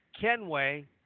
Kenway